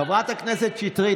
חברת הכנסת שטרית,